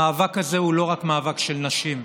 המאבק הזה הוא לא מאבק רק של נשים,